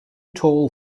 tall